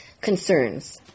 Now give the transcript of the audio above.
concerns